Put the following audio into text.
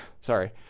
sorry